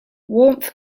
warmth